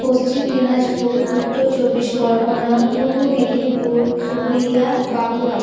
পশ্চিম দিনাজপুর উত্তর চব্বিশ পরগনা পূর্ব মেদিনীপুর পুরুলিয়া বাঁকুরা